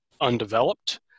undeveloped